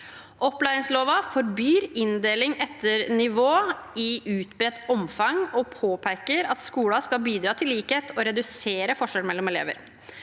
Opplæringsloven forbyr inndeling etter nivå i utbredt omfang og påpeker at skolen skal bidra til likhet og til å redusere forskjeller mellom elever.